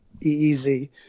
easy